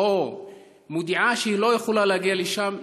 או מודיעה שהיא לא יכולה להגיע לשם,